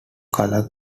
color